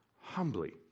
humbly